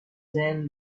then